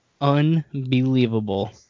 unbelievable